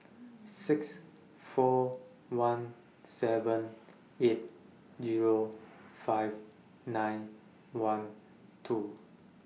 six four one seven eight Zero five nine one two